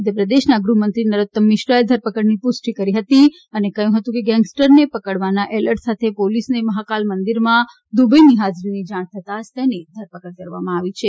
મધ્યપ્રદેશના ગૃહમંત્રી નરોત્તમ મિશ્રાએ ધરપકડની પુષ્ટિ કરી હતી અને કહ્યું હતું કે ગેંગસ્ટરને પકડવાની એલર્ટ સાથે પોલીસને મહાકાલ મંદિરમાં દુબેની હાજરીની જાણ થતાં જ તેની ધરપકડ કરવામાં આવી હતી